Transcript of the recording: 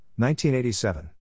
1987